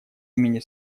имени